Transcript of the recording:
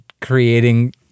creating